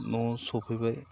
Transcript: न' सफैबाय